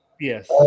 Yes